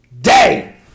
day